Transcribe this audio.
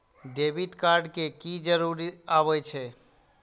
Debit card के की जरूर आवे छै?